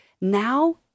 now